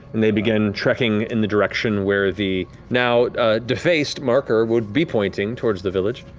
and they begin trekking in the direction where the now defaced marker would be pointing, towards the village.